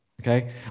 Okay